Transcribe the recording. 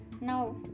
Now